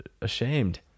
ashamed